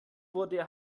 wurde